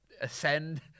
ascend